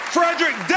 Frederick